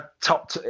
top